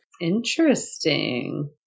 Interesting